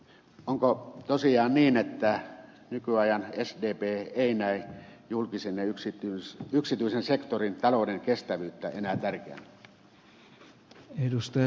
onko tosiaan niin että nykyajan sdp ei näe julkisen ja yksityisen sektorin talouden kestävyyttä enää tärkeänä